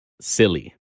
Silly